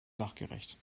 sachgerecht